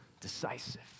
decisive